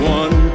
one